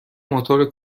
موتور